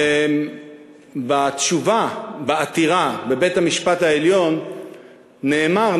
ובתשובה בעתירה בבית-המשפט העליון נאמר,